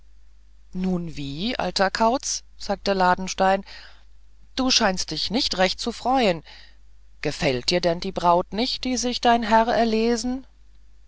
nun wie alter kauz sagte ladenstein du scheinst dich nicht recht zu freuen gefällt dir denn die braut nicht die sich dein herr erlesen